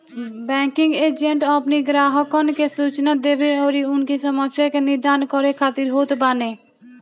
banking agent अपनी ग्राहकन के सूचना देवे अउरी उनकी समस्या के निदान करे खातिर होत बाने